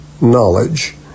knowledge